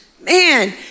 man